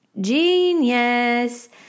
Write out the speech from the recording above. Genius